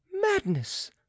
Madness